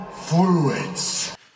fluids